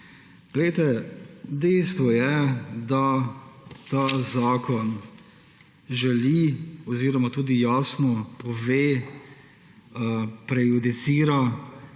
učinkov. Dejstvo je, da ta zakon želi oziroma tudi jasno pove, prejudicira,